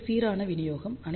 இது சீரான விநியோகம்